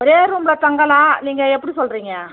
ஒரே ரூமில் தங்கலாம் நீங்கள் எப்படி சொல்கிறீங்க